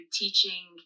teaching